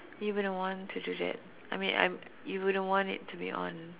you wouldn't want to do that I mean I'm you wouldn't want it to be on